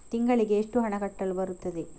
ತಿಂಗಳಿಗೆ ಎಷ್ಟು ಹಣ ಕಟ್ಟಲು ಬರುತ್ತದೆ?